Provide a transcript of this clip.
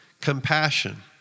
compassion